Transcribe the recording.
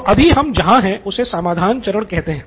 तो अभी हम जहां है उसे समाधान चरण कहते हैं